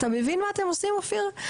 אתה מבין מה אתם עושים אופיר?